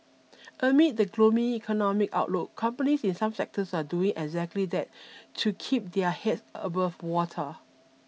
amid the gloomy economic outlook companies in some sectors are doing exactly that to keep their heads above water